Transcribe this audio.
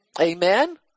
Amen